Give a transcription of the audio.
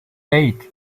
eight